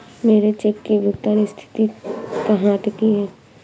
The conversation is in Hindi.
मेरे चेक की भुगतान स्थिति कहाँ अटकी है?